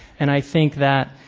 and i think that,